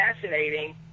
fascinating